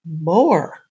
more